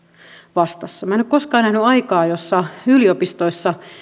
vastassa minä en ole koskaan nähnyt aikaa jossa yliopistoissa